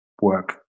work